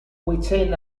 within